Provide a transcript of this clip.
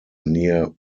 near